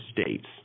States